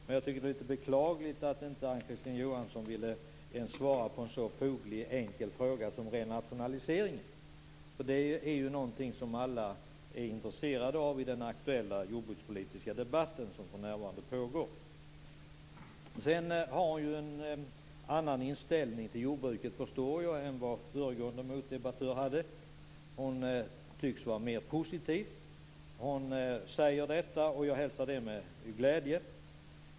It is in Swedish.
Men det är litet beklagligt att Ann-Kristine Johansson inte ens vill svara på den fogliga och enkla frågan om en nationalisering, som alla är intresserade av i den jordbrukspolitiska debatt som för närvarande pågår. Ann-Kristine Johansson har en annan inställning till jordbruket än föregående motdebattör har. Hon tycks vara mera positiv, vilket jag hälsar med glädje.